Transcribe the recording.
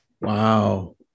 Wow